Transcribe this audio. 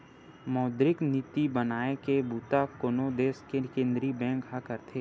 मौद्रिक नीति बनाए के बूता कोनो देस के केंद्रीय बेंक ह करथे